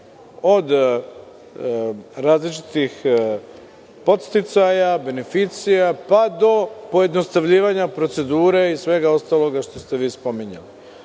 od različitih podsticaja, beneficija pa do pojednostavljivanja procedure i svega ostaloga što ste vi spominjali. Zamolio